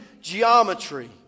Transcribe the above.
geometry